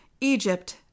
Egypt